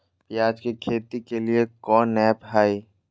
प्याज के खेती के लिए कौन ऐप हाय?